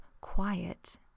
quiet